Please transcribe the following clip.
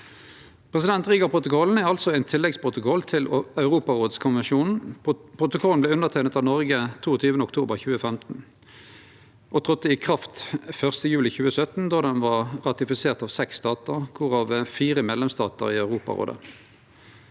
liv. Rigaprotokollen er altså ein tilleggsprotokoll til Europarådskonvensjonen. Protokollen vart underteikna av Noreg 22. oktober 2015 og tredde i kraft 1. juli 2017, då den var ratifisert av seks statar, kor fire av desse var medlemsstatar i Europarådet.